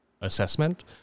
assessment